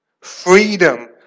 freedom